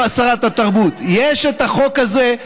יש חוק כזה.